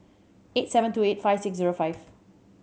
eight seven two eight five six zero five